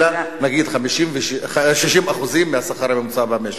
אלא נגיד 60% מהשכר הממוצע במשק.